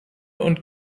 und